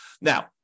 Now